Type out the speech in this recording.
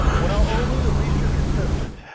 well, olu at least you're consistent.